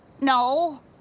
no